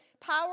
power